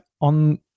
on